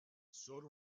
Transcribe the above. solo